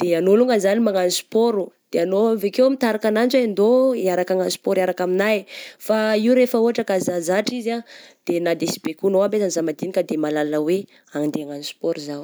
de anao longany zany magnano sport de anao avy akeo mitarika ananjy hoe ndao hiaraka hanao sport hiraka aminahy eh, fa io rehefa ohatra ka zazatra izy ah, de na sy baikonao aby aza aza madinika de mahalala hoe handeha hagnano sport zaho.